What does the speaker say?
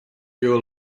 you